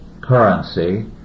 currency